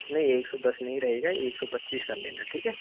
नहीं एक सौ दस नहीं रहेगा एक सौ पच्चीस कर लेना ठीक है